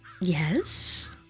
Yes